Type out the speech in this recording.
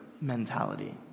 mentality